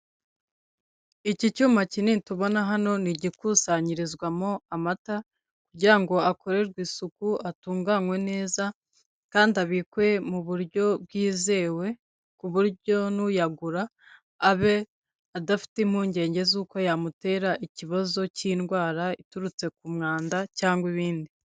Iki cyuma kinini tubona hano ni igikusanyirizwamo amata kugira ngo akorerwe isuku atunganywe neza kandi abikwe mu buryo bwizewe, ku buryo n'uyagura abe adafite impungenge z'uko yamutera ikibazo cy'indwara iturutse ku mwanda cyangwa ibindi.